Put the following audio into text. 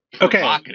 Okay